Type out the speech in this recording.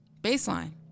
Baseline